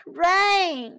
rain